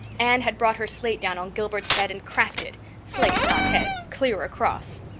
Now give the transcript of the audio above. anne had brought her slate down on gilbert's head and cracked it slate not head clear across.